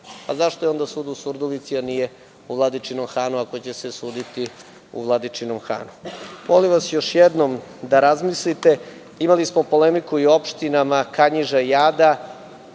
Zašto je onda sud u Surdulici a nije u Vladičinom Hanu ako će se suditi u Vladičinom Hanu? Molim vas još jednom da razmislite. Imali smo polemiku i o opštinama Kanjiža i Ada.